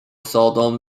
seldom